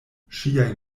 ŝiaj